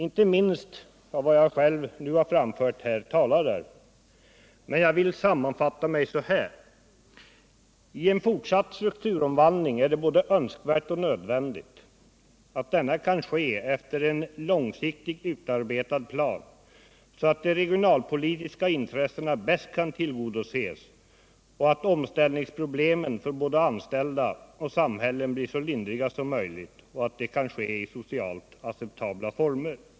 Inte minst vad jag själv här nu har framfört talar därför. Men jag vill sammanfatta mig så här. I en fortsatt strukturomvandling är det både önskvärt och nödvändigt att denna kan ske efter en långsiktigt utarbetad plan, så att de regionalpolitiska intressena kan tillgodoses och så att omställningsproblemen för både de anställda och samhället blir så lindriga som möjligt och omställningen kan ske i socialt acceptabla former.